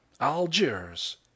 Algiers